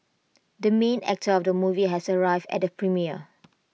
the main actor of the movie has arrived at the premiere